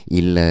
il